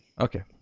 Okay